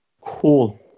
Cool